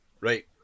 Right